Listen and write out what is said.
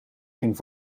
ging